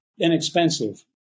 inexpensive